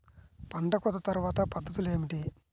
పంట కోత తర్వాత పద్ధతులు ఏమిటి?